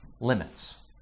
Limits